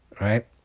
right